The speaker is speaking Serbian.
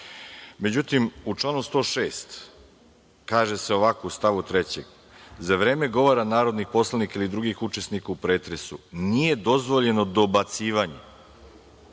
reklama.Međutim, u članu 106. kaže se u stavu 3. – za vreme govora narodnih poslanika ili drugih učesnika u pretresu nije dozvoljeno dobacivanje,